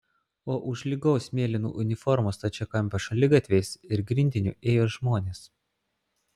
o už lygaus mėlynų uniformų stačiakampio šaligatviais ir grindiniu ėjo žmonės